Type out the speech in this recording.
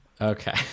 okay